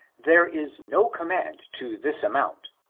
there is no command to this amount,